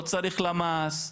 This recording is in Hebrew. לא צריך למ"ס,